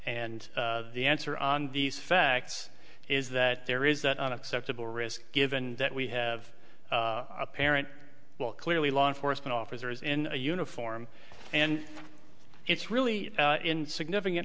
and the answer on these facts is that there is that an acceptable risk given that we have a parent well clearly law enforcement officers in a uniform and it's really in significant